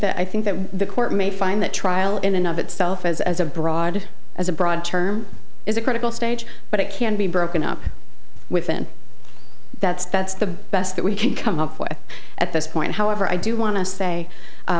that i think that the court may find that trial in and of itself as as a broad as a broad term is a critical stage but it can be broken up within that's that's the best that we can come up with at this point however i do want to say